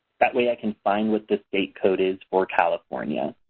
that way i can find what the state code is for california.